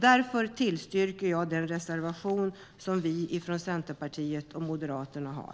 Därför yrkar jag bifall till den reservation som vi från Centerpartiet och Moderaterna har.